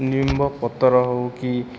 ନିମ୍ବ ପତର ହେଉ କି